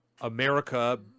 america